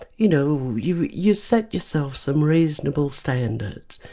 you know, you you set yourself some reasonable standards,